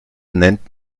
nennt